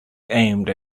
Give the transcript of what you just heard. aimed